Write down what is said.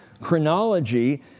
chronology